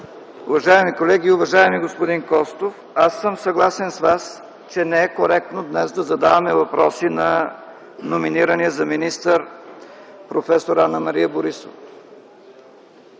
уважаеми колеги! Уважаеми господин Костов, аз съм съгласен с Вас, че не е коректно днес да задаваме въпроси на номинирания за министър проф. Анна Мария Борисова.